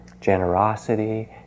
generosity